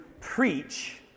preach